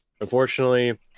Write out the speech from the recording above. Unfortunately